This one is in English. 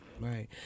Right